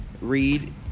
read